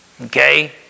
Okay